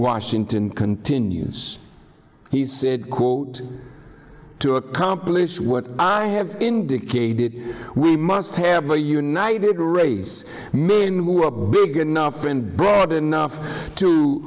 washington continues he said quote to accomplish what i have indicated we must have a united race million who are big enough and broad enough to